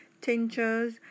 tinctures